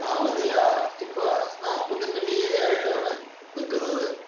താപനില ഇപ്പോൾ നാൽപ്പത്തിൻ്റെ മീതെ ആയിട്ടാണ് നിൽക്കുന്നത്